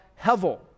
hevel